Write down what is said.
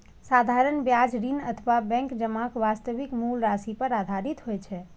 साधारण ब्याज ऋण अथवा बैंक जमाक वास्तविक मूल राशि पर आधारित होइ छै